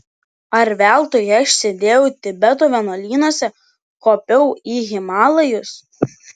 ar veltui aš sėdėjau tibeto vienuolynuose kopiau į himalajus